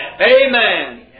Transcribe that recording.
Amen